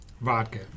Vodka